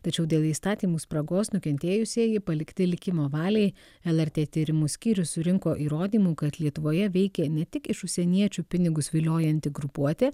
tačiau dėl įstatymų spragos nukentėjusieji palikti likimo valiai lrt tyrimų skyrius surinko įrodymų kad lietuvoje veikė ne tik iš užsieniečių pinigus viliojanti grupuotė